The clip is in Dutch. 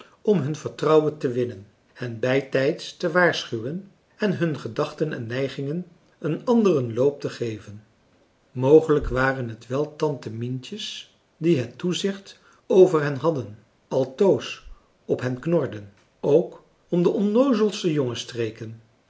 om hun vertrouwen te winnen hen bijtijds te waarschuwen en hun gedachten en neigingen een anderen loop te geven mogelijk waren het wel tante mientjes die het toezicht over hen hadden altoos op hen knorden ook om de